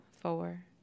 four